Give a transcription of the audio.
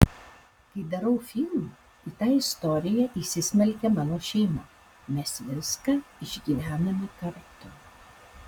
kai darau filmą į tą istoriją įsismelkia mano šeima mes viską išgyvename kartu